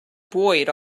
buoyed